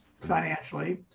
financially